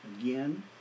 again